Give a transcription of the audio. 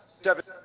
seven